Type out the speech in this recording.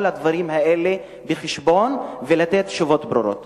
הדברים האלה בחשבון ולתת תשובות ברורות.